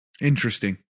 Interesting